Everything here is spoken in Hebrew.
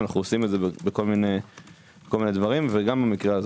אנו עושים זאת בכל מיני דברים וגם פה.